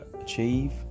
achieve